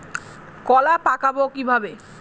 কলা পাকাবো কিভাবে?